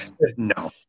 no